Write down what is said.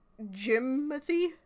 Jimothy